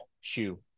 shoe